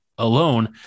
alone